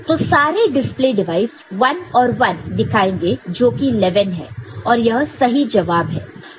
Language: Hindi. तो सारे डिस्प्ले डिवाइस 1 और 1 दिखाएंगे जो कि 1 1 है और यह सही जवाब है